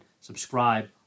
Subscribe